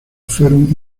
fueron